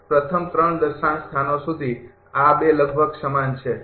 પ્રથમ ૩ દશાંશ સ્થાનો સુધી આ ૨ લગભગ સમાન છે બરાબર